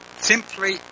Simply